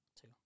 Two